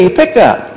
pickup